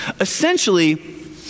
Essentially